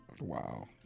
Wow